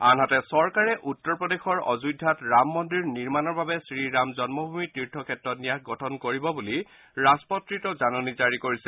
আনহাতে চৰকাৰে উত্তৰ প্ৰদেশৰ অযোধ্যাত ৰাম মন্দিৰ নিৰ্মাণৰ বাবে শ্ৰী ৰাম জন্মভূমি তীৰ্থক্ষেত্ৰ ন্যাস গঠন কৰিব বুলি ৰাজপত্ৰিত জাননী জাৰি কৰিছে